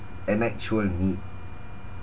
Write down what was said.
an actual need